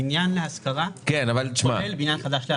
בניין להשכרה כולל בניין חדש להשכרה.